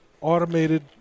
automated